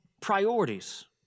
priorities